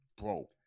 Bro